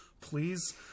please